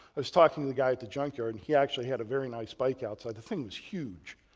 i was talking to the guy at the junkyard and he actually had a very nice bike outside. the thing was huge.